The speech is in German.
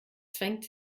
zwängt